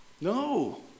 No